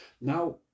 Now